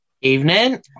evening